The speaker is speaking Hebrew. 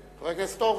חבר הכנסת הורוביץ,